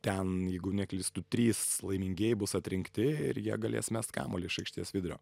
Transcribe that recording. ten jeigu neklystu trys laimingieji bus atrinkti ir jie galės mest kamuolį iš aikštės vidurio